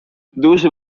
дуже